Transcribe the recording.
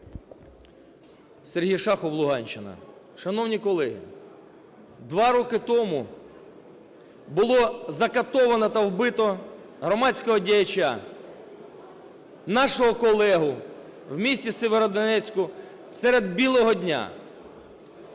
Сергій Шахов, Луганщина. Шановні колеги, 2 роки тому було закатовано та вбито громадського діяча, нашого колегу, в місті Сєвєродонецьку серед білого дня